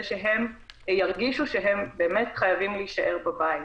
שהם ירגישו שהם באמת חייבים להישאר בבית.